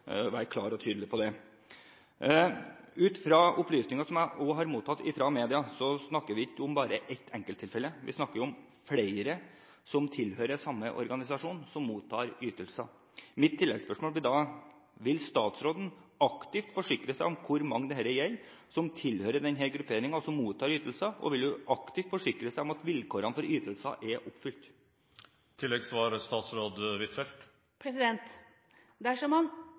være klar og tydelig på det. Ut fra opplysninger jeg også har mottatt fra mediene, snakker vi ikke bare om ett enkelttilfelle, vi snakker om flere som tilhører samme organisasjon, og som mottar ytelser. Mitt tilleggsspørsmål blir da: Vil statsråden aktivt forhøre seg om hvor mange som tilhører denne grupperingen, og som mottar ytelser, og vil hun aktivt forsikre seg om at vilkårene for ytelsene er oppfylt?